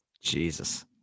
Jesus